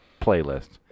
playlist